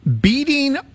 beating